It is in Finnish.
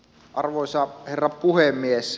arvoisa herra puhemies